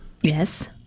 yes